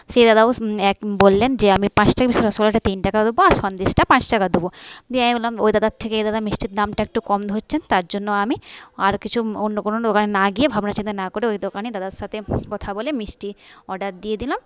সেই দাদাও এক বললেন যে আমি পাঁচ টাকা পিস রসগোল্লাটা তিন টাকা দেব আর সন্দেশটা পাঁচ টাকা দেব দিয়ে আমি বললাম ওই দাদার থেকে এই দাদা মিষ্টির দামটা একটু কম ধরছেন তার জন্য আমি আর কিছু অন্য কোনও দোকানে না গিয়ে ভাবনা চিন্তা না করে ওই দোকানে দাদার সাথে কথা বলে মিষ্টি অর্ডার দিয়ে দিলাম